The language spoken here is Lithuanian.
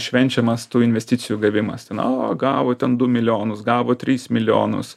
švenčiamas tų investicijų gavimas ten o gavo ten du milijonus gavo tris milijonus